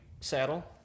saddle